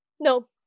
No